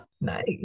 Nice